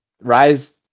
Rise